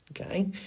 okay